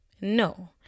no